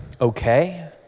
okay